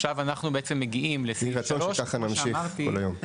עכשיו אנחנו מגיעים לסעיף 3. --- רצה שנמשיך כך כל היום.